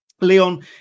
Leon